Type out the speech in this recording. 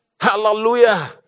Hallelujah